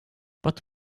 but